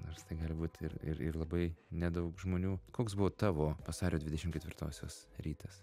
nors tai gali būt ir ir ir labai nedaug žmonių koks buvo tavo vasario dvidešim ketvirtosios rytas